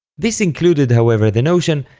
this included however the notion,